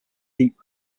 deep